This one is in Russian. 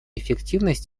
эффективной